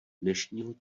dnešního